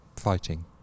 fighting